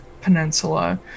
peninsula